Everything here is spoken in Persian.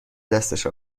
دستش